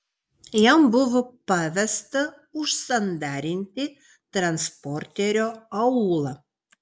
jam buvo pavesta užsandarinti transporterio aulą